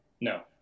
no